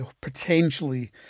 potentially